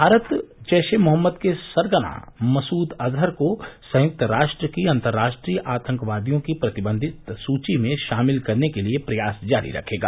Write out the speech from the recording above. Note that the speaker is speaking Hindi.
भारत जैश ए मोहम्मद के सरग़ना मसूद अज़हर को संयुक्त राष्ट्र की अंतर्राष्ट्रीय आतंकवादियों की प्रतिबंधित सूची में शामिल करने के लिए प्रयास जारी रखेगा